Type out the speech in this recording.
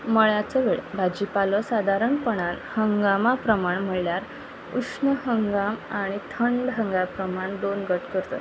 मळाचो वेळ भाजी पालो सादारणपणान हंगामा प्रमाण म्हळ्यार उष्ण हंगाम आनी थंड हंगा प्रमाण दोन गट करता